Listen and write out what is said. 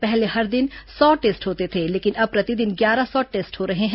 पहले हर दिन सौ टेस्ट होते थे लेकिन अब प्रतिदिन ग्यारह सौ टेस्ट हो रहे हैं